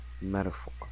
metaphor